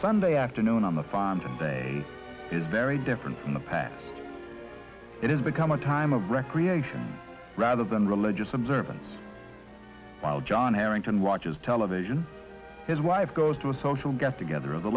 afternoon on the farm today is very different from the past it has become a time of recreation rather than religious observance while john harrington watches television his wife goes to a social get together